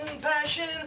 passion